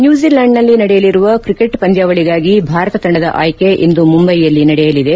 ನ್ಯೂಜಿಲ್ಡಾಂಡ್ನಲ್ಲಿ ನಡೆಯಲಿರುವ ಕ್ರಿಕೆಟ್ ಪಂದ್ಯಾವಳಿಗಾಗಿ ಭಾರತ ತಂಡದ ಆಯ್ಕೆ ಇಂದು ಮುಂಬೈಯಲ್ಲಿ ನಡೆಯಲಿದೆ